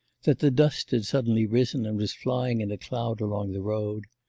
that the dust had suddenly risen and was flying in a cloud along the road.